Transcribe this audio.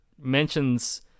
mentions